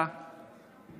ובכל